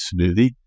smoothie